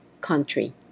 country